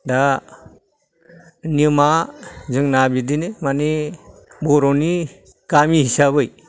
दा नियमआ जोंना बिदिनो माने बर'नि गामि हिसाबै